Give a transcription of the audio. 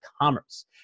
Commerce